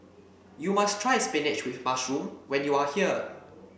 you must try spinach with mushroom when you are here